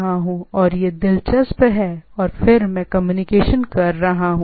और यह दिलचस्प है और फिर मैं कम्युनिकेशन कर रहा हूं